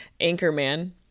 Anchorman